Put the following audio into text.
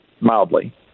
mildly